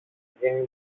γίνει